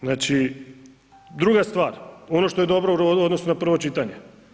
Znači druga stvar ono što je dobro u odnosu na prvo čitanje.